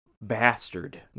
bastard